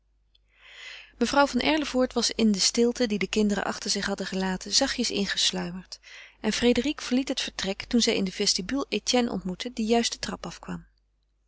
mevrouw van erlevoort was in de stilte die de kinderen achter zich hadden gelaten zachtjes ingesluimerd en frédérique verliet het vertrek toen zij in de vestibule etienne ontmoette die juist de trap afkwam